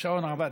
השעון עבד.